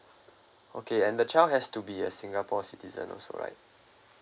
okay and the child has to be a singapore citizen also right